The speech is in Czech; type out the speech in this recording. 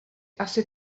asi